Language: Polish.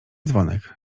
dzwonek